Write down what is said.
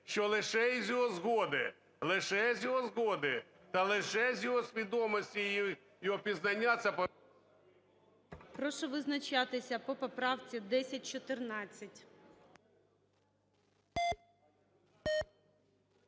що лише з його згоди, лише з його згоди та лише з його свідомості і його пізнання це… ГОЛОВУЮЧИЙ. Прошу визначатися по поправці 1014.